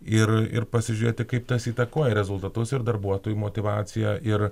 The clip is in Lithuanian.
ir ir pasižiūrėti kaip tas įtakoja rezultatus ir darbuotojų motyvaciją ir